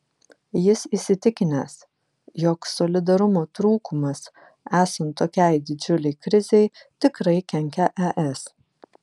jis įsitikinęs jog solidarumo trūkumas esant tokiai didžiulei krizei tikrai kenkia es